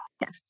Yes